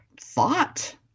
thought